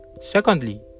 Secondly